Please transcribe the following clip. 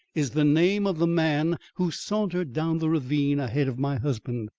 is the name of the man who sauntered down the ravine ahead of my husband.